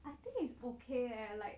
I think it's okay leh like